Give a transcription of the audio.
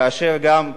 כאשר גם,